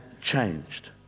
Changed